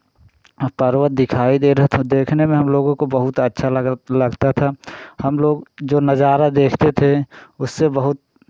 पर्वत दिखाई दे रहे थे तो देखने में हम लोगों को बहुत अच्छा लग रहा लगता था हम लोग जो नज़ारा देखते थे उससे बहुत